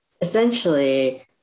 essentially